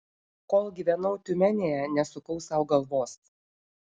kol gyvenau tiumenėje nesukau sau galvos